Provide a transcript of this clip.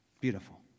Beautiful